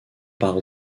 par